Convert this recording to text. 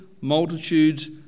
multitudes